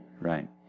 Right